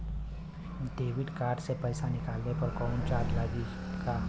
Debit card से पैसा निकलले पर कौनो चार्ज लागि का?